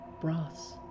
Brass